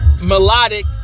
melodic